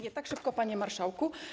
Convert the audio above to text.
Nie tak szybko, panie marszałku.